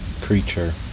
creature